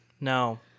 No